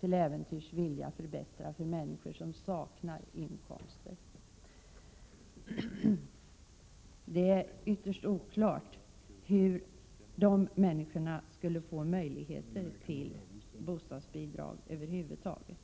till äventyrs skulle vilja förbättra för människor som saknar inkomster. Det är ytterst oklart hur de människorna skulle över huvud taget få möjligheter till bostadsbidrag.